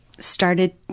started